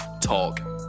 talk